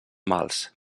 mals